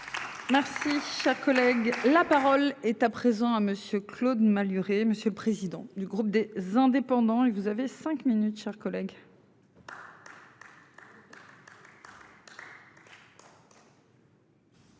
Merci cher collègue là. Parole est à présent à monsieur Claude Malhuret, monsieur le président du groupe des indépendants et vous avez 5 minutes, chers collègues.